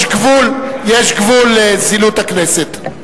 יש גבול לזילות הכנסת.